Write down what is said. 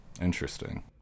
Interesting